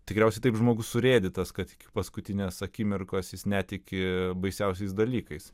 tikriausiai taip žmogus surėdytas kad iki paskutinės akimirkos jis netiki baisiausiais dalykais